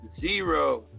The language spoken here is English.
zero